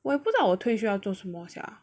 我不知道我退休要做什么 sia